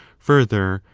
further,